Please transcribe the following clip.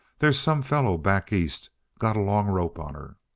there's some fellow back east got a long rope on her.